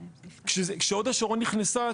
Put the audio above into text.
כשהוד השרון נכנסה,